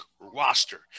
roster